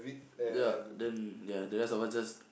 ya then ya the rest of us just